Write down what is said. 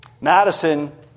Madison